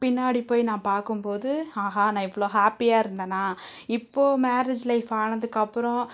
பின்னாடி போய் நான் பார்க்கும்போது ஆஹா நான் இவ்வளோ ஹேப்பியாக இருந்தேனா இப்போது மேரேஜ் லைஃப் ஆனதுக்கப்புறம்